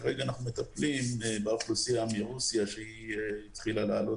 כרגע אנחנו מטפלים באוכלוסייה מרוסיה שמספר התחיל לעלות